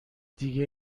دیگه